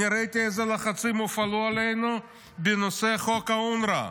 אני ראיתי אילו לחצים הופעלו עלינו בנושא חוק אונר"א.